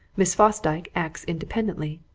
miss fosdyke acts independently.